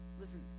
listen